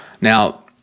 Now